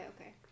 okay